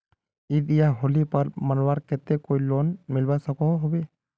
ईद या होली पर्व मनवार केते कोई लोन मिलवा सकोहो होबे?